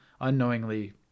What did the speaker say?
unknowingly